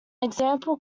example